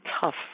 tough